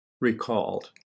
recalled